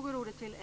i betänkandet.